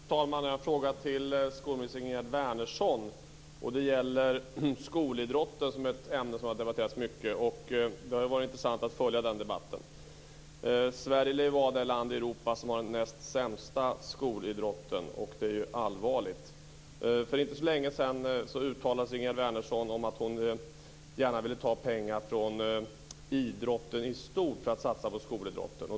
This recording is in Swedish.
Fru talman! Jag har en fråga till skolminister Ingegerd Wärnersson, och den gäller skolidrotten, som är ett ämne som har debatterats mycket. Det har varit intressant att följa den debatten. Sverige lär vara det land i Europa som har den näst sämsta skolidrotten, och det är allvarligt. För inte så länge sedan uttalade sig Ingegerd Wärnersson om att hon gärna ville ta pengar från idrotten i stort för att satsa på skolidrotten.